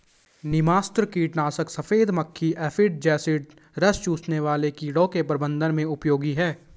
नीमास्त्र कीटनाशक सफेद मक्खी एफिड जसीड रस चूसने वाले कीड़ों के प्रबंधन में उपयोगी है